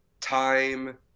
time